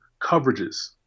coverages